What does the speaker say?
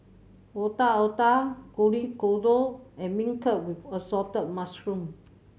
Otak Otak Kuih Kodok and beancurd with assorted mushroom